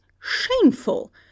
shameful